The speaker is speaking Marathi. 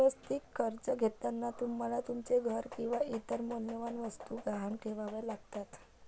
वैयक्तिक कर्ज घेताना तुम्हाला तुमचे घर किंवा इतर मौल्यवान वस्तू गहाण ठेवाव्या लागतात